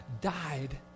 died